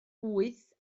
wyth